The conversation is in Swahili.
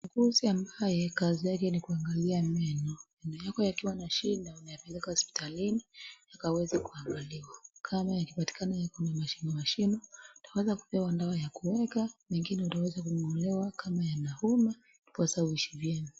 Mwuguzi ambaye kazi yake ni kuangalia meno, meno yako yakiwa na shida, unayapeleka hospitalini ikaweze kuangaliwa, kama imepatikana iko na mashimo mashimo, utaweza kupewa dawa ya kuoga, nyingine utaweza kung'olewa kama yanauma ndiposa uishi vyema.